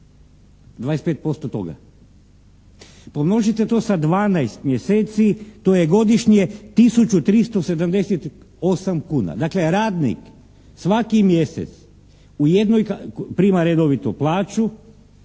25% toga. Pomnožite to sa 12 mjeseci to je godišnje tisuću 378 kuna. Dakle radnik svaki mjesec u jednoj, prima redovitu plaću,